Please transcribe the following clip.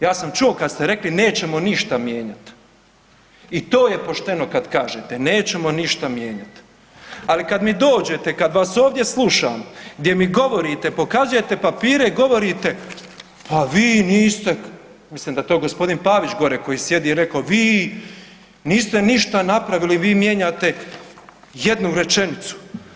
Ja sam čuo kad ste rekli nećemo ništa mijenjat i to je pošteno kad kažete nećemo ništa mijenjat, ali kada mi dođete kad vas ovdje slušam gdje mi govorite, pokazujete papire i govorite ha vi niste, mislim da je to g. Pavić koji gore sjedi rekao vi niste ništa niste napravili vi mijenjate jednu rečenicu.